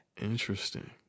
Interesting